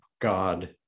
God